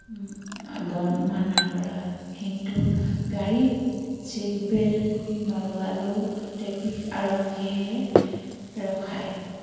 বৰ মানা কৰা কিন্তু গাড়ীত ছিটবেল্ট নলগালেও ট্ৰেফিক আৰক্ষীয়ে ৰখায়